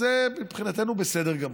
וזה בסדר גמור,